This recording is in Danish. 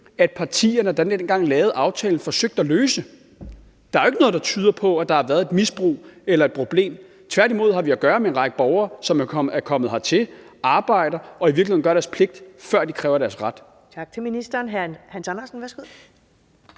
partierne, der dengang lavede aftalen, forsøgte at løse? Der er jo ikke noget, der tyder på, at der har været et misbrug eller et problem. Tværtimod har vi at gøre med en række borgere, som er kommet hertil, arbejder og i virkeligheden gør deres pligt, før de kræver deres ret. Kl. 15:49 Første næstformand